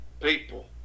people